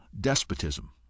despotism